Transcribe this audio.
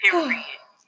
period